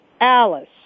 Alice